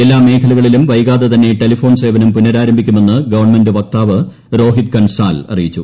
എല്ലാ മേഖലകളിലും വൈകാതെ തന്നെ ടെലിഫോൺ സേവനം പുനരാരംഭിക്കുമെന്ന് ഗവൺമെന്റ് വക്താവ് രോഹിത് കൻസാൽ അറിയിച്ചു